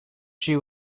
she